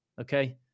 okay